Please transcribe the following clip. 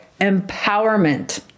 empowerment